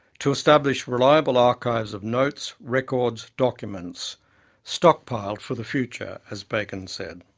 to establish reliable archives of notes, records, documents stockpiled for the future, as bacon said